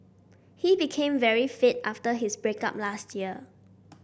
he became very fit after his break up last year